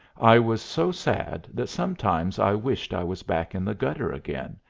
i was so sad that sometimes i wished i was back in the gutter again,